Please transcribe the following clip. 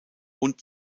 und